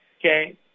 okay